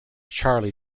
charlie